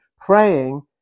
praying